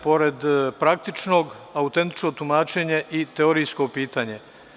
Pored praktičnog, autentično tumačenje i teorijsko pitanje.